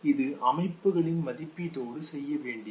இது அமைப்புகளின் மதிப்பீட்டோடு செய்ய வேண்டியது